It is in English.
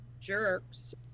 jerks